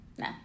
no